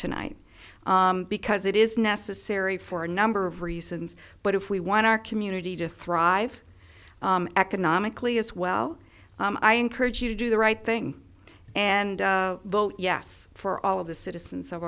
tonight because it is necessary for a number of reasons but if we want our community to thrive economically as well i encourage you to do the right thing and vote yes for all of the citizens of